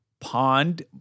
pond